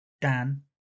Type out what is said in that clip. Dan